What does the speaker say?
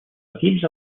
equips